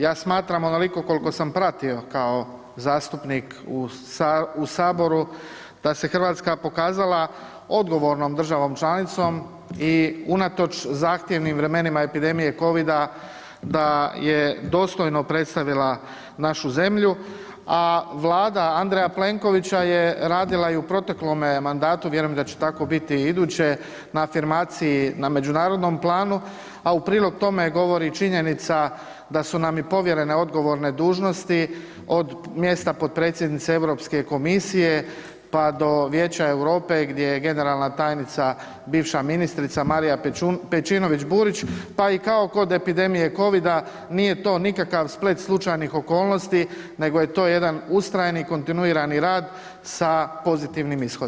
Ja smatram, onoliko kolko sam pratio kao zastupnik u saboru, da se RH pokazala odgovornom državom članicom i unatoč zahtjevnim vremenima epidemije covida da je dostojno predstavila našu zemlju, a vlada Andreja Plenkovića je radila i u proteklome mandatu, vjerujem da će biti i iduće, na afirmaciji na međunarodnom planu, a u prilog tome govori činjenica da su nam i povjerene odgovorne dužnosti od mjesta potpredsjednice Europske komisije, pa do Vijeća Europe gdje je generalna tajnica, bivša ministrica Marija Pejčinović-Burić, pa i kao kod epidemije covida nije to nikakav splet slučajnih okolnosti, nego je to jedan ustrajni kontinuirani rad sa pozitivnim ishodima.